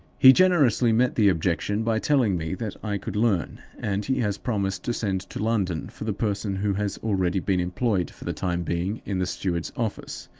he generously met the objection by telling me that i could learn and he has promised to send to london for the person who has already been employed for the time being in the steward's office,